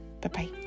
Bye-bye